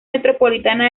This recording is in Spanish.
metropolitana